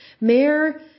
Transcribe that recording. Mayor